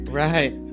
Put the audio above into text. right